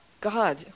God